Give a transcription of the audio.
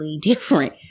different